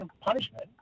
punishment